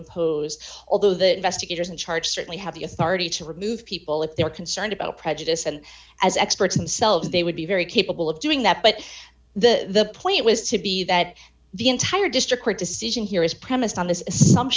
oppose although the vested interest in charge certainly have the authority to remove people if they're concerned about prejudice and as experts in selves they would be very capable of doing that but the the point was to be that the entire district court decision here is premised on this